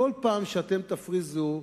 בכל פעם שאתם תפריזו,